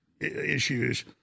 issues